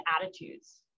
attitudes